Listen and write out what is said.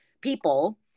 people